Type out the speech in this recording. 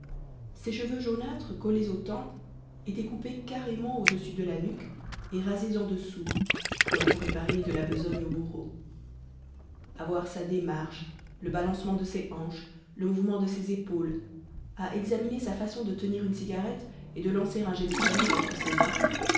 ses cheveux jaunâtres collés aux tempes étaient coupés carrément au-dessus de la nuque et rasés en dessous comme pour épargner de la besogne au bourreau à voir sa démarche le balancement de ses hanches le mouvement de ses épaules à examiner sa façon de tenir une cigarette et de lancer un jet de salive entre ses dents